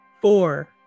Four